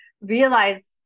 realize